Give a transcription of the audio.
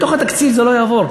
בתוך התקציב זה לא יעבור,